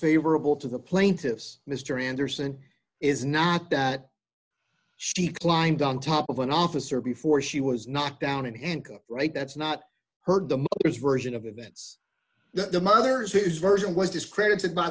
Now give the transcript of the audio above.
favorable to the plaintiffs mr anderson is not that she climbed on top of an officer before she was knocked down and handcuffed right that's not heard the version of events that the mother is his version was discredited by